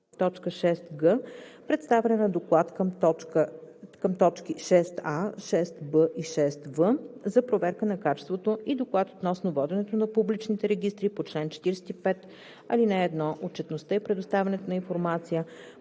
комисия; 6г. представяне на доклад към т. 6a, 6б и 6в за проверка на качеството и доклад относно воденето на публичните регистри по чл. 45, ал. 1, отчетността и предоставянето на информация